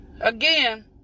again